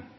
i